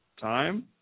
time